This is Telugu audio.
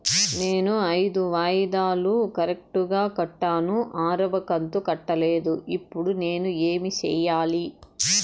నేను ఐదు వాయిదాలు కరెక్టు గా కట్టాను, ఆరవ కంతు కట్టలేదు, ఇప్పుడు నేను ఏమి సెయ్యాలి?